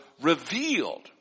revealed